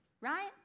right